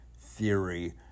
Theory